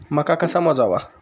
मका कसा मोजावा?